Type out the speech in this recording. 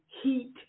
heat